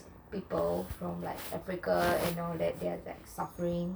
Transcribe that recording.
people from like africa and all that they are like suffering